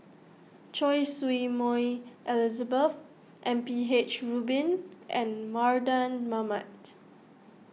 Choy Su Moi Elizabeth M P H Rubin and Mardan Mamat